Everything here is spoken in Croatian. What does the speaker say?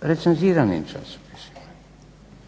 Recenziranim časopisima.